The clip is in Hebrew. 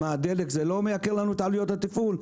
מה, דלק לא מייקר לנו את עלויות התפעול?